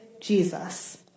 Jesus